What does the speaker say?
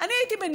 אני אומרת לעצמי,